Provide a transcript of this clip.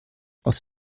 aus